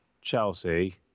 Chelsea